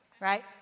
right